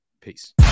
Peace